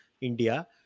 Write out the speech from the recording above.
India